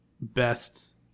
best